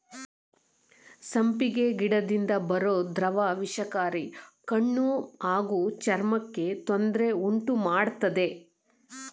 ಸಂಪಿಗೆ ಗಿಡದಿಂದ ಬರೋ ದ್ರವ ವಿಷಕಾರಿ ಕಣ್ಣು ಹಾಗೂ ಚರ್ಮಕ್ಕೆ ತೊಂದ್ರೆ ಉಂಟುಮಾಡ್ತದೆ